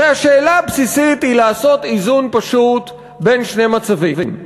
הרי השאלה הבסיסית היא לעשות איזון פשוט בין שני מצבים: